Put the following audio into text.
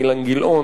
אילן גילאון,